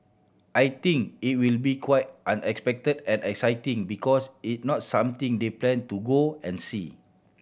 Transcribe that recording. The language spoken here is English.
I think it will be quite unexpected and exciting because it's not something they plan to go and see